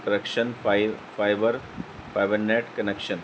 connection فائی fibre fibre net connection